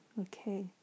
Okay